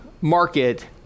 market